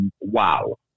wow